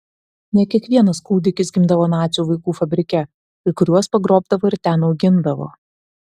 ne kiekvienas kūdikis gimdavo nacių vaikų fabrike kai kuriuos pagrobdavo ir ten augindavo